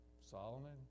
Solomon